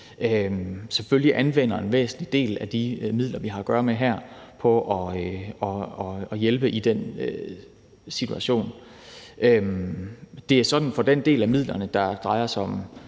selvfølgelig anvender en væsentlig del af de midler, vi har at gøre med her, på at hjælpe i den situation. Det er sådan for den del af midlerne, der drejer sig om